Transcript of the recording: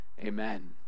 Amen